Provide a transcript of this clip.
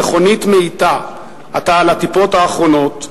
המכונית מאיטה, אתה על הטיפות האחרונות.